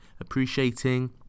appreciating